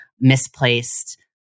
misplaced